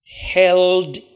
held